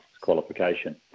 qualification